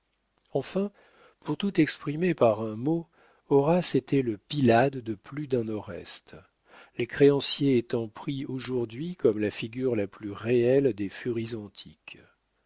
enfin pour tout exprimer par un mot horace était le pylade de plus d'un oreste les créanciers étant pris aujourd'hui comme la figure la plus réelle des furies antiques